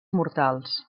mortals